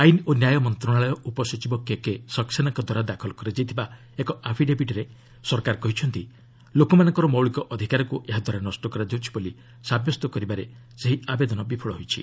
ଆଇନ ଓ ନ୍ୟାୟ ମନ୍ତ୍ରଣାଳୟ ଉପସଚିବ କେକେ ସକ୍ରେନାଙ୍କ ଦ୍ୱାରା ଦାଖଲ କରାଯାଇଥିବା ଏକ ଆଫିଡେଭିଟ୍ରେ ସରକାର କହିଛନ୍ତି ଲୋକମାନଙ୍କର ମୌଳିକ ଅଧିକାରକୁ ଏହାଦ୍ୱାରା ନଷ୍ଟ କରାଯାଉଛି ବୋଲି ସାବସ୍ତ୍ୟ କରିବାରେ ସେହି ଆବେଦନ ବିଫଳ ହୋଇଛି